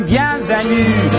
Bienvenue